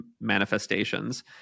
manifestations